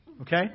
Okay